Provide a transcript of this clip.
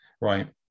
right